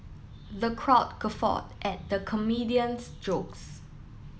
the crowd guffawed at the comedian's jokes